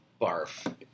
Barf